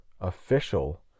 official